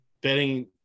betting